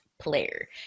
player